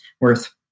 worth